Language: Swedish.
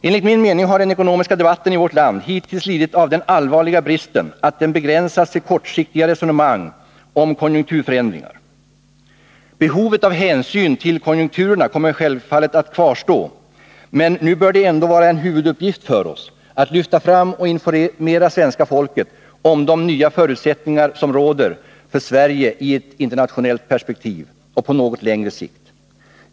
Enligt min mening har den ekonomiska debatten i vårt land hittills lidit av den allvarliga bristen att den begränsats till kortsiktiga resonemang om konjunkturförändringar. Behovet av hänsyn till konjunkturerna kommer självfallet att kvarstå. Men nu bör det ändå vara en huvuduppgift för oss att lyfta fram och informera svenska folket om de nya förutsättningar som råder för Sverige i ett internationellt perspektiv och på något längre sikt.